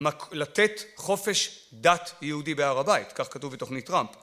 לתת חופש דת יהודי בהר הבית, כך כתוב בתוכנית טראמפ.